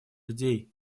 людей